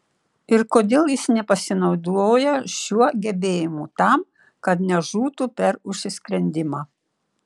ir kodėl jis nepasinaudoja šiuo gebėjimu tam kad nežūtų per užsisklendimą